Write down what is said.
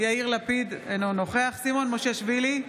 יאיר לפיד, אינו נוכח סימון מושיאשוילי,